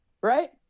right